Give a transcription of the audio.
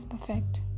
perfect